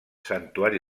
santuari